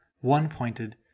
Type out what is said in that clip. one-pointed